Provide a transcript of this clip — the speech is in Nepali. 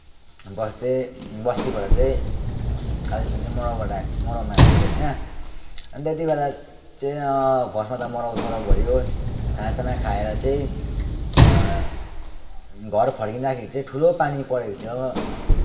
बस्ती बस्तीबाट चाहिँ कालिम्पोङ चाहिँ मराउबाट मराउमा आएका थियौँ होइन अन्त त्यति बेला चाहिँ फर्स्टमा त मराउसराउ भयो खानासाना खाएर चाहिँ घर फर्किँदाखेरि चाहिँ ठुलो पानी परेको थियो